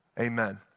Amen